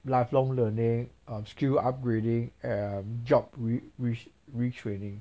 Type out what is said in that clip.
lifelong learning um skill upgrading um job re~ re~ retraining